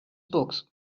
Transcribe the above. books